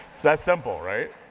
it's that simple, right?